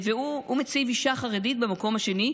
מציב אישה חרדית במקום השני,